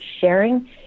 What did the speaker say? sharing